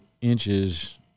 inches